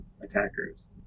attackers